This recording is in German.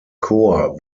chor